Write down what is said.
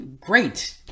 great